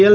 L